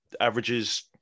averages